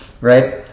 right